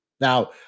Now